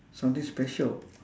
something special